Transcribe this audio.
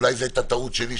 ואולי זו הייתה טעות שלי,